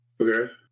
Okay